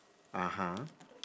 (uh huh)